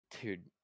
Dude